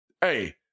Hey